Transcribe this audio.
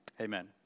Amen